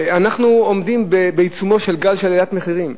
אנחנו עומדים בעיצומו של גל עליית מחירים.